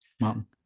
Martin